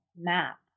map